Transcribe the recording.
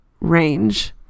Range